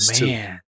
man